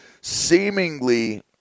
seemingly